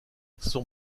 son